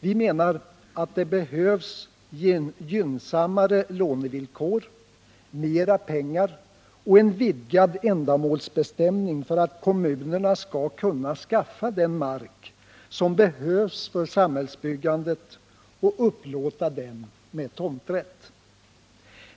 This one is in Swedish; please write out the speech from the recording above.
Vi menar att det behövs gynnsammare lånevillkor, mera pengar och en vidgad ändamålsbestämning för att kommunerna skall kunna skaffa den mark som behövs för samhällsbyggandet och upplåta den med tomträtt.